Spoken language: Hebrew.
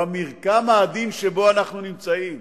במרקם העדין שבו אנחנו נמצאים,